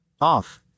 Off